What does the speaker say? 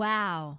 Wow